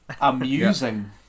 Amusing